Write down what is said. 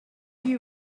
you